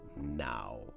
now